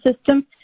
System